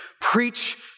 preach